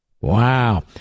Wow